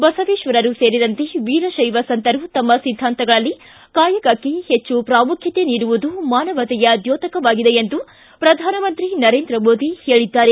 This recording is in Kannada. ಬಸವೇಶ್ವರು ಸೇರಿದಂತೆ ವೀರಶೈವ ಸಂತರು ತಮ್ಮ ಸಿದ್ಧಾಂತಗಳಲ್ಲಿ ಕಾಯಕಕ್ಕೆ ಹೆಚ್ಚು ಪ್ರಾಮುಖ್ಯತೆ ನೀಡುವುದು ಮಾನವತೆಯ ದ್ಯೋತಕವಾಗಿದೆ ಎಂದು ಪ್ರಧಾನಮಂತ್ರಿ ನರೇಂದ್ರ ಮೋದಿ ಹೇಳದ್ದಾರೆ